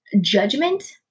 judgment